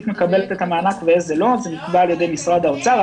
מקבלת את המענק ואיזה לא זה נקבע על ידי משרד האוצר.